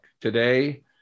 today